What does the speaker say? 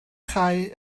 chau